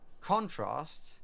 contrast